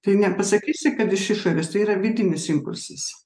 tai nepasakysi kad iš išorės tai yra vidinis impulsas